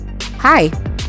Hi